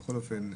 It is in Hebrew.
בכל אופן,